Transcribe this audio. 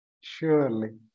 Surely